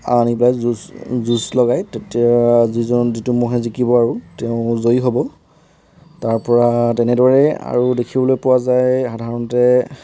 আনি পেলাই যুঁজ যুঁজ লগাই তেতিয়া যিজন যিটো ম'হে জিকিব আৰু তেওঁ জয়ী হ'ব তাৰ পৰা তেনেদৰে আৰু দেখিবলৈ পোৱা যায় সাধাৰণতে